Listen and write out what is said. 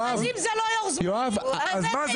אז אם זה לא יושב-ראש זמני, אז איזה יושב-ראש זה?